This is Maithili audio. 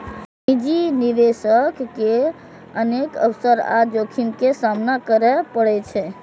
निजी निवेशक के अनेक अवसर आ जोखिम के सामना करय पड़ै छै